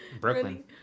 Brooklyn